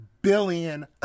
Billion